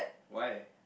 why